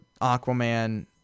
Aquaman